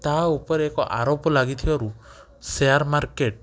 ତା'ଉପରେ ଏକ ଆରୋପ ଲାଗିଥିବାରୁ ସେୟାର୍ ମାର୍କେଟ